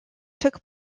took